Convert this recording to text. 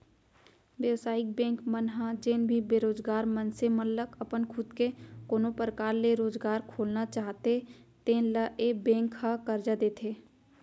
बेवसायिक बेंक मन ह जेन भी बेरोजगार मनसे मन ह अपन खुद के कोनो परकार ले रोजगार खोलना चाहते तेन ल ए बेंक ह करजा देथे